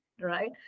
right